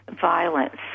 violence